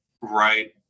right